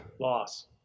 Loss